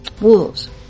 wolves